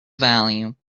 volume